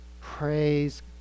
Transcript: praise